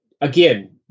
again